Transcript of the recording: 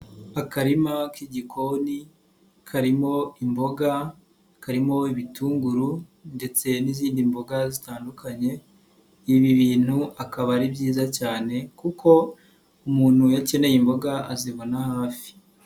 Akarima k'igikoni karimo imboga, karimo ibitunguru ndetse n'izindi mboga zitandukanye, ibi bintu akaba ari byiza cyane kuko umuntu iyo akeneye imboga azibona hafi.